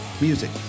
Music